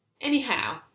Anyhow